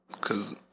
cause